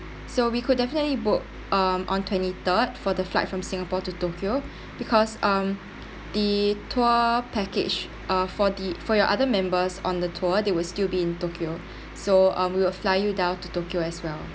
so we could definitely book um on twenty third for the flight from singapore to tokyo because um the tour package uh for the for your other members on the tour they will still be in tokyo so um we'll fly you down to tokyo as well